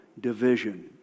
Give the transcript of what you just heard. division